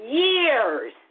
years